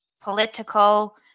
political